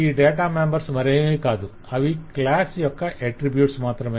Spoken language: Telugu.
ఈ డాటా మెంబర్స్ మరేమీ కాదు అవి క్లాస్ యొక్క అట్రిబ్యూట్స్ మాత్రమే